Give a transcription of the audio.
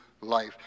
life